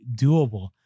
doable